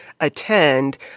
attend